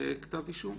לכתב אישום.